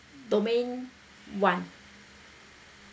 domain one